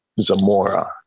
Zamora